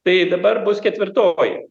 tai dabar bus ketvirtoji